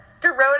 Dorota –